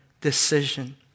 decision